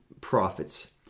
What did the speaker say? prophets